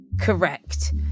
Correct